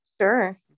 sure